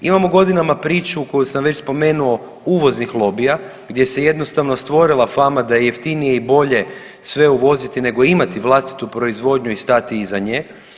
Imamo godinama priču koju sam već spomenuo uvoznih lobija gdje se jednostavno stvorila fama da je jeftinije i bolje sve uvoziti nego imati vlastitu proizvodnju i stati iza nje.